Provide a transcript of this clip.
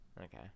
Okay